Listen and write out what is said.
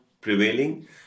prevailing